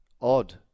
Odd